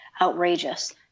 outrageous